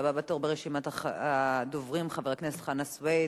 הבא בתור ברשימת הדוברים, חבר הכנסת חנא סוייד,